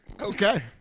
Okay